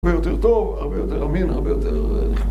הרבה יותר טוב, הרבה יותר אמין, הרבה יותר נחמד